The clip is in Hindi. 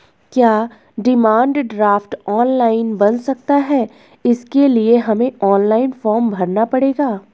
क्या डिमांड ड्राफ्ट ऑनलाइन बन सकता है इसके लिए हमें ऑनलाइन फॉर्म भरना पड़ेगा?